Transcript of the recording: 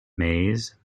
maize